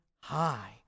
high